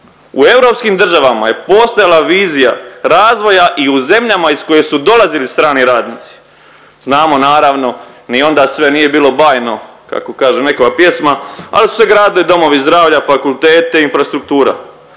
u europskim državama je postojala vizija razvoja i u zemljama iz koje su dolazili strani radnici. Znamo naravno ni onda sve bilo bajno kako kaže nekoja pjesma ali su se gradili domovi zdravlja, fakulteti, infrastruktura.